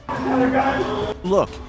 look